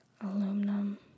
Aluminum